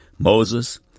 Moses